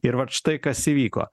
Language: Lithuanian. ir vat štai kas įvyko